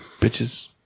Bitches